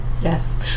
Yes